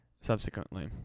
subsequently